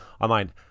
online